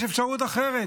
יש אפשרות אחרת,